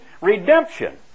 redemption